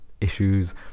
issues